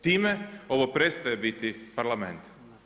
Time ovo prestaje biti Parlament.